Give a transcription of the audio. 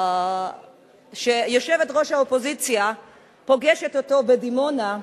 כשיושבת-ראש האופוזיציה פוגשת אותו בדימונה,